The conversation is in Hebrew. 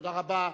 תודה רבה.